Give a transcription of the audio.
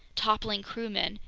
toppling crewmen,